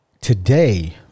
Today